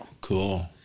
Cool